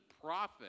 profit